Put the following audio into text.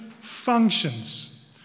functions